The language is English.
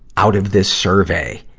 out of this survey.